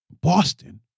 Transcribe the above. Boston